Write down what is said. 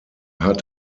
hat